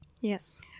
Yes